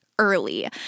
early